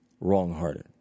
wrong-hearted